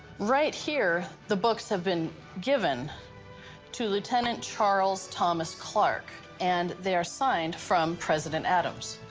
right here, the books have been given to lieutenant charles thomas clark. and they are signed from president adams.